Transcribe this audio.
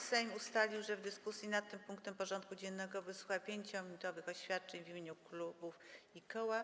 Sejm ustalił, że w dyskusji nad tym punktem porządku dziennego wysłucha 5-minutowych oświadczeń w imieniu klubów i koła.